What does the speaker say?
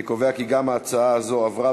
אני קובע כי גם ההצעה הזו עברה,